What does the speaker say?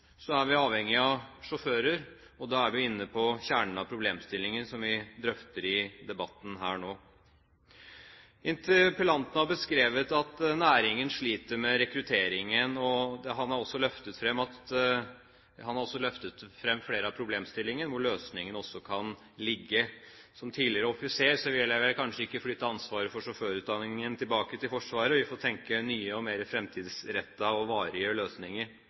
er vi avhengige av sjåfører, og da er vi inne på kjernen av problemstillingen som vi drøfter i debatten nå. Interpellanten har beskrevet at næringen sliter med rekrutteringen, og han har også løftet fram flere problemstillinger hvor løsningen kan ligge. Som tidligere offiser vil jeg vel kanskje ikke flytte ansvaret for sjåførutdanningen tilbake til Forsvaret. Vi får tenke nye og mer framtidsrettede og varige løsninger.